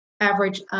average